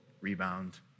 rebound